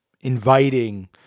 inviting